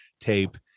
tape